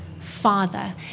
father